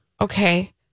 Okay